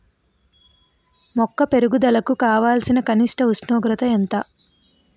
మొక్క పెరుగుదలకు కావాల్సిన కనీస ఉష్ణోగ్రత ఎంత?